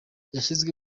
yashyizwe